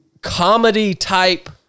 comedy-type